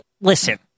listen